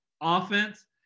offense